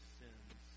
sins